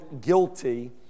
guilty